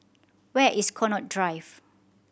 where is Connaught Drive